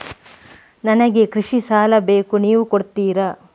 ನನಗೆ ಕೃಷಿ ಸಾಲ ಬೇಕು ನೀವು ಕೊಡ್ತೀರಾ?